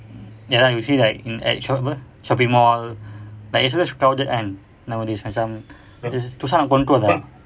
ya lah you see like in at sho~ apa shopping mall like it's those crowded kan nowadays macam susah nak control ah